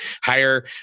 hire